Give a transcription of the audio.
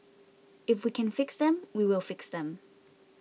if we can fix them we will fix them